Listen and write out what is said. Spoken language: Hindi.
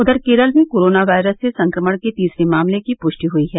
उधर केरल में कोरोना वायरस से संक्रमण के तीसरे मामले की पुष्टि हुई है